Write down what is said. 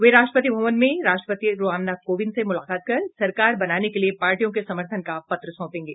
वे राष्ट्रपति भवन में राष्ट्रपति रामनाथ कोविंद से मुलाकात कर सरकार बनाने के लिए पार्टियों के समर्थन का पत्र सौंपेंगे